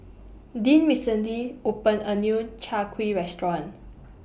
Deann recently opened A New Chai Kuih Restaurant